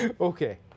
Okay